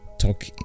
talk